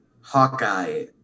hawkeye